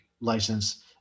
license